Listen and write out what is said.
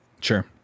Sure